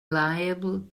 liable